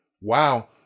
Wow